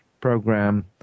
program